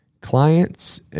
clients